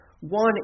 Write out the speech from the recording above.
One